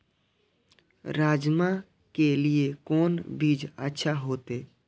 राजमा के लिए कोन बीज अच्छा होते?